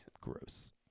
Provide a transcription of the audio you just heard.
Gross